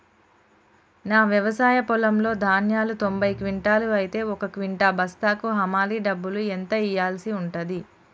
నా వ్యవసాయ పొలంలో ధాన్యాలు తొంభై క్వింటాలు అయితే ఒక క్వింటా బస్తాకు హమాలీ డబ్బులు ఎంత ఇయ్యాల్సి ఉంటది?